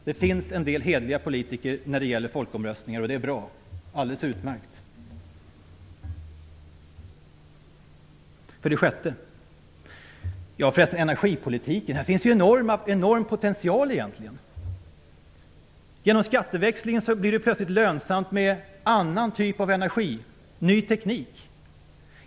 Det finns en del politiker som är hederliga när det gäller folkomröstningar, och det är utmärkt. Inom energipolitiken finns en enorm potential. Genom skatteväxlingen blir det plötsligt lönsamt med en annan typ av energi och ny teknik.